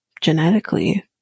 genetically